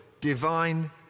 divine